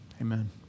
amen